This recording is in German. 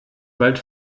bald